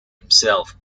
himself